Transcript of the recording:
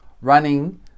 running